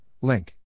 Link